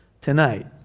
Tonight